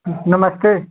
नमस्ते